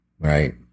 right